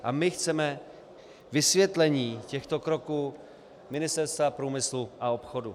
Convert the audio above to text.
A my chceme vysvětlení těchto kroků Ministerstva průmyslu a obchodu.